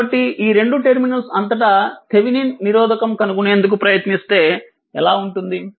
కాబట్టి ఈ రెండు టెర్మినల్స్ అంతటా థేవినిన్ నిరోధకం కనుగొనేందుకు ప్రయత్నిస్తే ఎలా ఉంటుంది